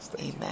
Amen